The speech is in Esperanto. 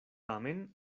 tamen